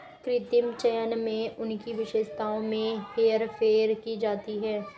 कृत्रिम चयन में उनकी विशेषताओं में हेरफेर की जाती है